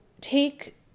take